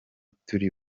turi